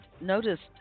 noticed